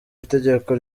itegeko